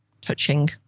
touching